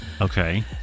Okay